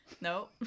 No